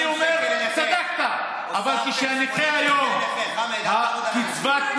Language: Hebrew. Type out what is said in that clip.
אז אני אומר: צדקת, אבל כשהנכה היום, הוספתם